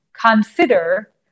consider